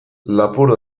lapur